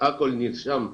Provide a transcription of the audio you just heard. הכל נרשם בפרוטוקול,